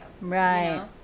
Right